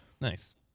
nice